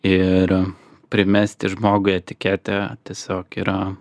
ir primesti žmogui etiketę tiesiog yra